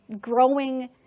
growing